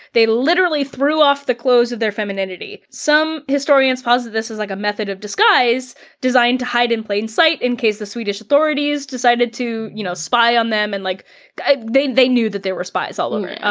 they literally threw off the clothes of their femininity. some historians posit this as like a method of disguise designed to hide in plain sight in case the swedish authorities decided to you know, spy on them and like they they knew that there were spies all over,